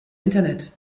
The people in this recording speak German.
internet